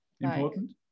important